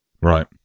Right